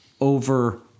over